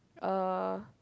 uh